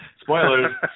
spoilers